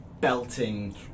belting